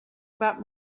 about